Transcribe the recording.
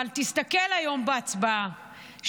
אבל תסתכל היום בהצבעה,